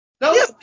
No